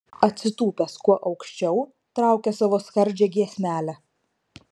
atsitūpęs kuo aukščiau traukia savo skardžią giesmelę